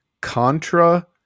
Contra